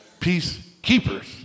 peacekeepers